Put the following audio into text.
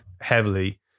heavily